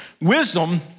wisdom